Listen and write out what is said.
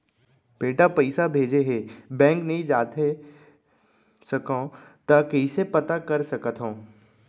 बेटा पइसा भेजे हे, बैंक नई जाथे सकंव त कइसे पता कर सकथव?